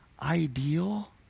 Ideal